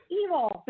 evil